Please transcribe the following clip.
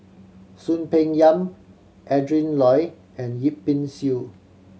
Soon Peng Yam Adrin Loi and Yip Pin Xiu